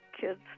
kid's